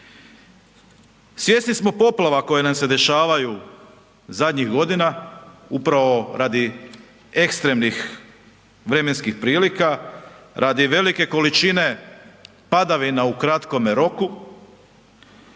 Svjesni smo poplava koje nam se dešavaju zadnjih godina upravo radi ekstremnih vremenskih prilika, radi velike količine padavina u kratkome roku.